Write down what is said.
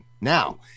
Now